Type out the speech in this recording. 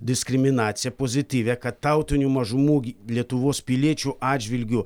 diskriminaciją pozityvią kad tautinių mažumų lietuvos piliečių atžvilgiu